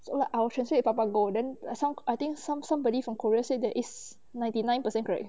so like I will translate with papago then some I think some somebody from korea said that is ninety nine percent correct